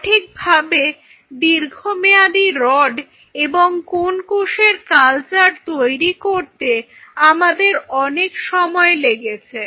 সঠিকভাবে দীর্ঘমেয়াদী রড্ এবং কোন্ কোষের কালচার তৈরি করতে আমাদের অনেক সময় লেগেছে